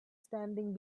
standing